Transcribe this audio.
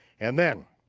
and then,